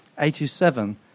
87